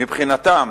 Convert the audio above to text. מבחינתם,